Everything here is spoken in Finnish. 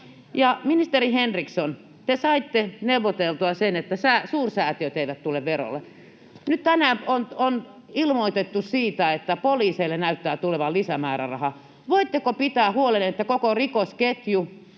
ministeri Henriksson, te saitte neuvoteltua sen, että suursäätiöt eivät tule verolle. Nyt tänään on ilmoitettu siitä, että poliiseille näyttää tulevan lisämääräraha. Voitteko pitää huolen, että koko rikosketju